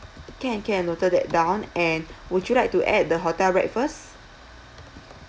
can can noted that down and would you like to add the hotel breakfast